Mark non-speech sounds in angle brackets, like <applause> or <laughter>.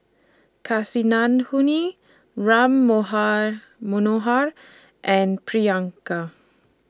Kasinadhuni Ram <unintelligible> Manohar and Priyanka